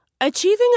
Achieving